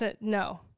No